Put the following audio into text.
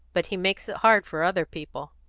but he makes it hard for other people.